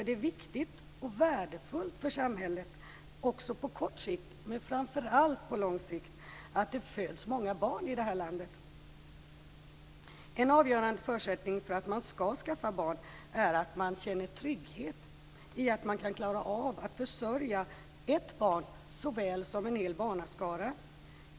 Det är viktigt och värdefullt för samhället också på kort sikt men framför allt på lång sikt att det föds många barn i det här landet. En avgörande förutsättning för att man skall skaffa barn är att man känner trygghet i att man kan klara av att försörja ett barn såväl som en hel barnaskara.